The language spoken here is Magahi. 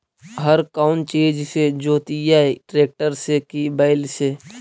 हर कौन चीज से जोतइयै टरेकटर से कि बैल से?